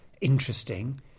interesting